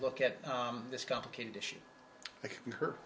look at this complicated issue like her